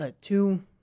two